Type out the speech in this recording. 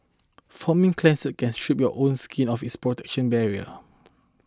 foaming cleansers can strip your own skin of its protection barrier